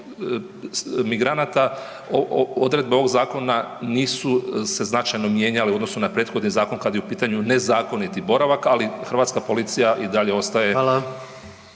Hvala.